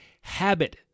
habit